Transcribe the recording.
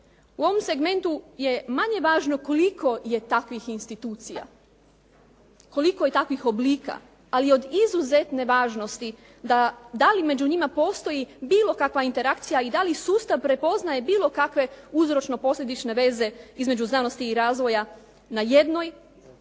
U ovom segmentu je manje važno koliko je takvih institucija, koliko je takvih oblika. Ali je od izuzetne važnosti da, da li među njima postoji bilo kakva interakcija i da li sustav prepoznaje bilo kakve uzročno-posljedične veze između znanosti i razvoja na jednoj,